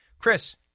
Chris